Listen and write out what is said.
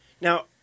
Now